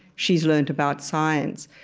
she's learned about science.